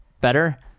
better